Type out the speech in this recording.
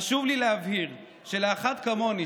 חשוב לי להבהיר שלאחת כמוני,